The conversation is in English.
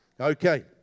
okay